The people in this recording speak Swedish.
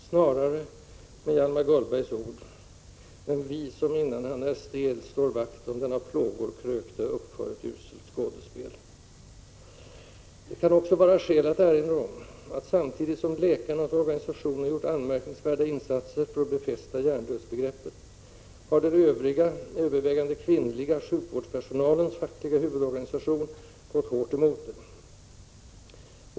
Snarare, med Hjalmar Gullbergs ord: Men vi som innan han är stel står vakt om den av plågor krökte uppför ett uselt skådespel. Det kan också vara skäl att erinra om att samtidigt som läkarnas 45 organisationer gjort anmärkningsvärda insatser för att befästa hjärndödsbegreppet har den övriga, övervägande kvinnliga, sjukvårdspersonalens fackliga huvudorganisation gått hårt emot det.